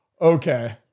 okay